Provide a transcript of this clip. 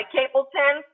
Capleton